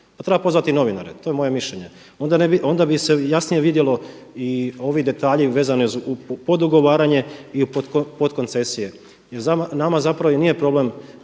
Pa treba pozvati novinare, to je moje mišljenje onda bi se jasnije vidjelo i ovi detalji vezani uz pod ugovaranje i pod koncesije. Nama i nije problem